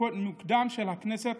מוקדם של הכנסת